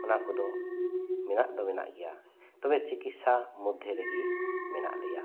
ᱚᱱᱟ ᱠᱚᱫᱚ ᱢᱮᱱᱮᱜ ᱫᱚ ᱢᱮᱱᱟᱜ ᱜᱮᱭᱟ ᱛᱚᱵᱮ ᱪᱤᱠᱤᱥᱟ ᱢᱚᱫᱷᱮ ᱨᱮᱜᱮ ᱢᱮᱱᱟᱜ ᱞᱮᱭᱟ